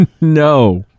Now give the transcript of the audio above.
no